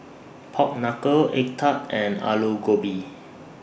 Pork Knuckle Egg Tart and Aloo Gobi